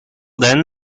then